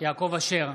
יעקב אשר,